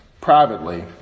privately